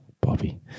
Bobby